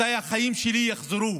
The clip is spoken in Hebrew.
מתי החיים שלי יחזרו